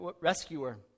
rescuer